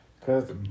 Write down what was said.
cause